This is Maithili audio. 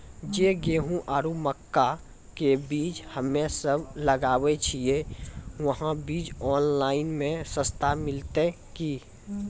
जे गेहूँ आरु मक्का के बीज हमे सब लगावे छिये वहा बीज ऑनलाइन मे सस्ता मिलते की?